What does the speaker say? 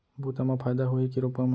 बुता म फायदा होही की रोपा म?